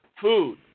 food